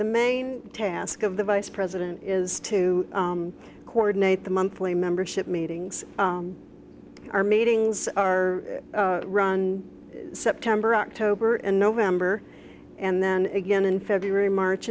the main task of the vice president is to coordinate the monthly membership meetings our meetings are run september october and november and then again in february march